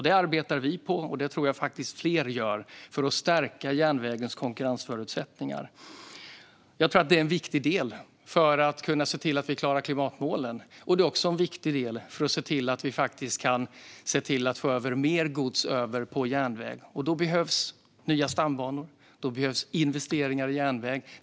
Det arbetar vi på, och det tror jag faktiskt att fler gör, för att stärka järnvägens konkurrensförutsättningar. Jag tror att detta är en viktig del för att vi ska klara att nå klimatmålen. Det är också en viktig del för att vi ska kunna få över mer gods till järnväg. Då behövs nya stambanor. Då behövs investeringar i järnväg.